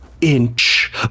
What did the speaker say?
inch